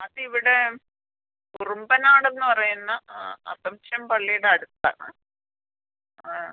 അതിവിടെ കുറുമ്പനാടെന്ന് പറയുന്ന അസംപ്ഷൻ പള്ളിയുടെ അടുത്താണ് ആ